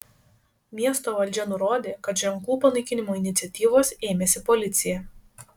miesto valdžia nurodė kad ženklų panaikinimo iniciatyvos ėmėsi policija